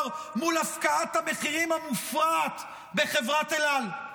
מול הפקעת המחירים המופרעת בחברת אל על.